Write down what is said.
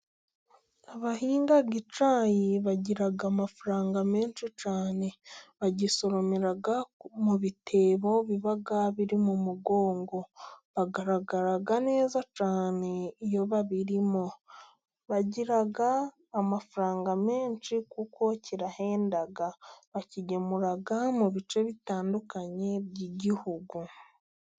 Abahinga icyayi bagira amafaranga menshi cyane, bagisoromera mu bitebo biba biri mu mugongo, bagaragara neza cyane, iyo babirimo bagira amafaranga menshi kuko kirahenda, bakigemura mu bice bitandukanye by'igihugu.